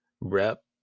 rep